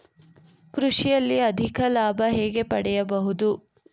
ಕೃಷಿಯಲ್ಲಿ ಅಧಿಕ ಲಾಭ ಹೇಗೆ ಪಡೆಯಬಹುದು?